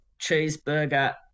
cheeseburger